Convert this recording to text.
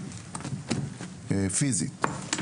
פיזית.